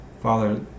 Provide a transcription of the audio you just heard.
Father